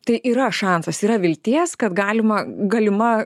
tai yra šansas yra vilties kad galima galima